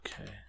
Okay